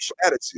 attitude